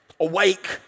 awake